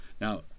Now